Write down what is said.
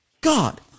God